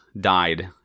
died